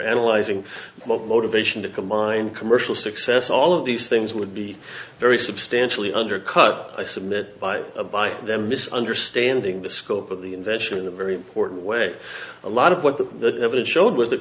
analyzing what motivation to combine commercial success all of these things would be very substantially undercut i submit by a by their mis understanding the scope of the invention in a very important way a lot of what the evidence showed was th